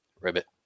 Ribbit